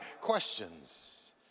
questions